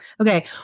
Okay